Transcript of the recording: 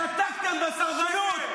הטבח קרה כי אתם שתקתם --- שתקתם בסרבנות.